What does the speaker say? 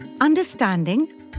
understanding